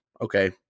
okay